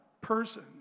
person